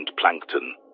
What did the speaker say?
plankton